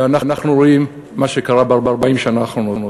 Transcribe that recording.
ואנחנו רואים מה שקרה ב-40 שנה האחרונות.